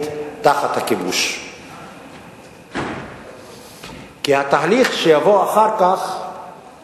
שנצמצם, כי לא היו פה אנשים רבים באותה עת,